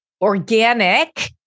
organic